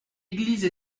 église